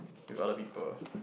with other people